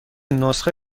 نسخه